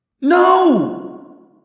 No